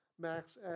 Max